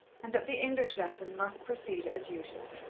and that the english lesson must proceed as usual.